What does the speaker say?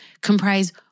comprise